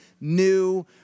new